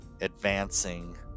advancing